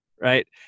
right